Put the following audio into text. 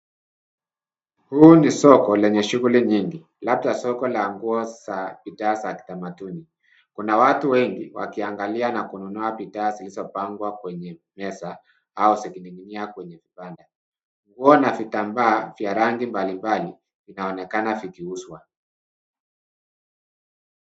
Huu ni soko lenye shughuli nyingi labda soko la nguo za bidhaa za kitamaduni kuna watu wengi wakiangalia na kununua bidhaa zilizopangwa kwenye meza au zikininginia kwenye vibanda nguo na vitambaa vya rangi mbalimbali vinaonekana vikiuzwa.